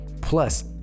plus